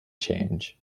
change